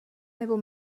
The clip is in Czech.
nebo